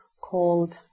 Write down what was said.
called